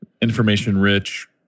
information-rich